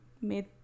made